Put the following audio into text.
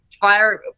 fire